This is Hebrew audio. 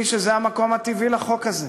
שהיא המקום הטבעי לחוק הזה.